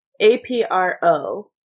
APRO